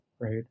right